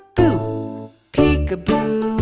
boo peekaboo,